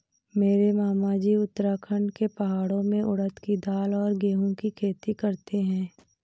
मेरे मामाजी उत्तराखंड के पहाड़ों में उड़द के दाल और गेहूं की खेती करते हैं